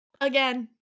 again